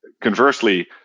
conversely